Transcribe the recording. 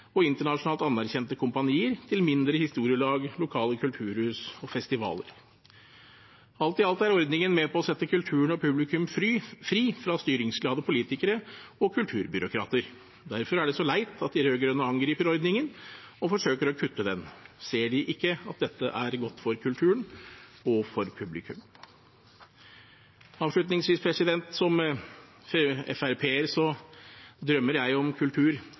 og internasjonalt anerkjente kompanier til mindre historielag, lokale kulturhus og festivaler. Alt i alt er ordningen med på å sette kulturen og publikum fri fra styringsglade politikere og kulturbyråkrater. Derfor er det så leit at de rød-grønne angriper ordningen og forsøker å kutte den. Ser de ikke at dette er godt for kulturen og for publikum? Avslutningsvis: Som FrP-er drømmer jeg om kultur